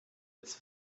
its